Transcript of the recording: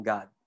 God